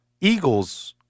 Eagles –